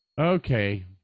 okay